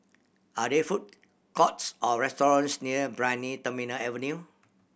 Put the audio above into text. are there food courts or restaurants near Brani Terminal Avenue